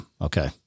Okay